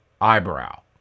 eyebrow